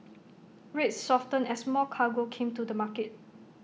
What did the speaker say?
rates softened as more cargo came to the market